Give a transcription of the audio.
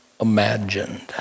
imagined